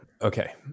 okay